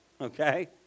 Okay